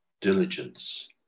diligence